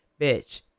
bitch